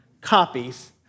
copies